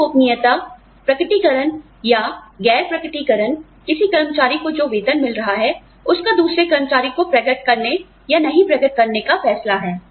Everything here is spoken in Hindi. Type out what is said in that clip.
वेतन गोपनीयता प्रकटीकरण या गैर प्रकटीकरण किसी कर्मचारी को जो वेतन मिल रहा है उसका दूसरे कर्मचारी को प्रकट करने या नहीं प्रकट करने का फैसला है